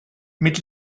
mit